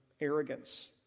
arrogance